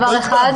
להצבעה.